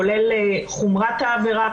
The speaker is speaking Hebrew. כולל חומרת העבירה,